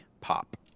pop